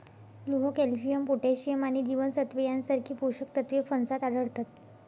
लोह, calcium, potassium आणि जीवनसत्त्वे यांसारखी पोषक तत्वे फणसात आढळतात